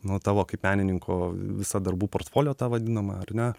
nu tavo kaip menininko visą darbų portfolio tą vadinamą ar ne